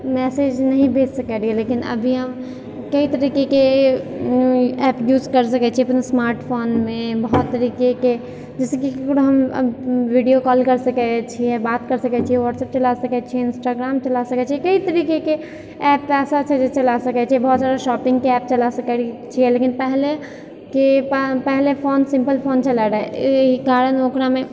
message नही भेज सकै रहियै लेकिन अभी हम कइ तरीकेके ऍप यूज़ कर सकै छियै अपन स्मार्टफोनमे बहुत तरीकेके जैसेकी ककरो हम वीडियो कॉल कर सकै छियै बात कर सकै छियै व्हाट्सप्प चलाए सकै छियै इन्स्टाग्राम चलाए सकै छियै कइ तरीकेके ऍप ऐसा ऐसा छै जे चला सकै छियै शॉपिंगके ऍप चलाए सकै छियै लेकिन पहलेके पहले फोन सिंपल फोन चलय रहै एहि कारण ओकरामे